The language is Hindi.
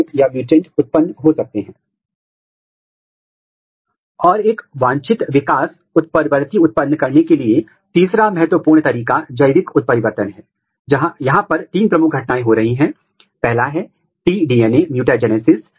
और एक अन्य प्रोटीन जिसे लाल सिग्नल के साथ टैग किया जाता है वह ATPase है यह झिल्ली प्रोटीन को चिह्नित करने वाला है और फिर डीएपीआई को जो नीले रंग में है डीएपीआई मूल रूप से डीएनए के साथ बांधता है